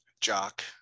jock